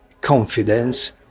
confidence